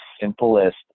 simplest